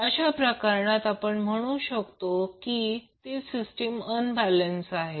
अशा प्रकरणात आपण म्हणू शकतो की ती सिस्टीम अनबॅलेन्स आहे